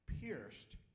pierced